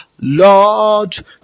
Lord